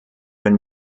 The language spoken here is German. wenn